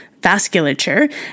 vasculature